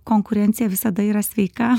konkurencija visada yra sveika